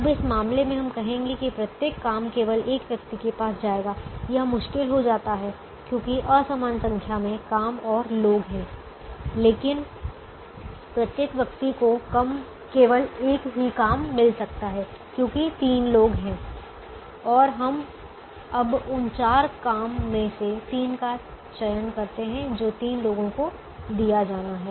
अब इस मामले में हम कहेंगे कि प्रत्येक काम केवल एक व्यक्ति के पास जाएगा यह मुश्किल हो जाता है क्योंकि असमान संख्या में काम और लोग हैं लेकिन प्रत्येक व्यक्ति को केवल एक ही काम मिल सकता है क्योंकि तीन लोग हैं और हम अब उन 4 काम में से तीन का चयन करते हैं जो तीन लोगों को दीया जाना हैं